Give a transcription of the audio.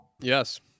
Yes